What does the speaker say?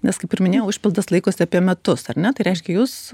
nes kaip ir minėjau užpildas laikosi apie metus ar ne tai reiškia jūs